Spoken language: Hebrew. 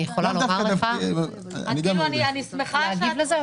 אני יכולה לומר לך --- אני שמחה שאת חושבת